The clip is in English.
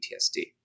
PTSD